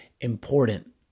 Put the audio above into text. important